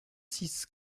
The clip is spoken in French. six